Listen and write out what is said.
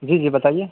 جی جی بتائیے